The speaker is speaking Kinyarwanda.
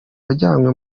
wajyanywe